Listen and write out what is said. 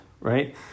right